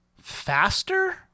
faster